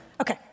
Okay